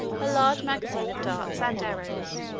a large magazine of darts and arrows,